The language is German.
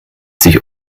sich